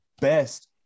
best